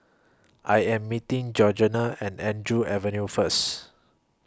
I Am meeting Georgene and Andrew Avenue First